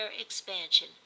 expansion